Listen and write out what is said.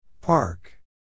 Park